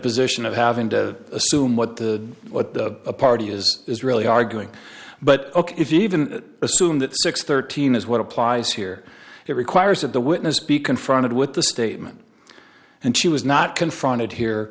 position of having to assume what the what the party is really arguing but if you even assume that six thirteen is what applies here it requires that the witness be confronted with the statement and she was not confronted here